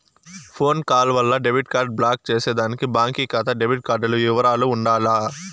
phone call వల్ల debit card block చేసేదానికి బాంకీ కాతా డెబిట్ కార్డుల ఇవరాలు ఉండాల